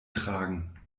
tragen